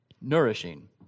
nourishing